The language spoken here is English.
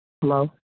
Hello